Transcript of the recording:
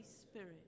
Spirit